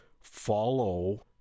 follow